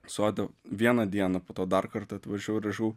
sode vieną dieną po to dar kartą atvažiavau ir aš jau